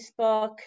Facebook